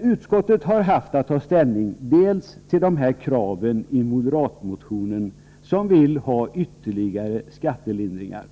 Utskottet har haft att ta ställning dels till dessa krav i moderatmotionen, där man vill ha ytterligare skattelindringar,